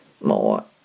more